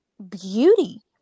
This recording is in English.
beauty